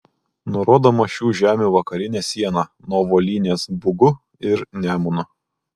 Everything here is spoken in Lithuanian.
nurodoma šių žemių vakarinė siena nuo volynės bugu ir nemunu